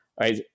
Right